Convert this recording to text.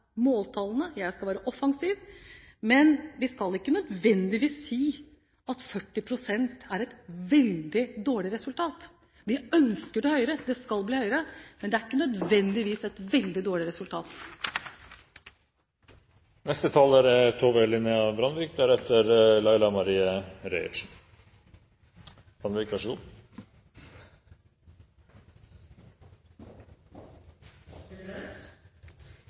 måltallene? Jeg skal være offensiv, men vi skal ikke nødvendigvis si at 40 pst. er et veldig dårlig resultat. Vi ønsker at tallet blir høyere – det skal bli høyere – men det er ikke nødvendigvis et veldig dårlig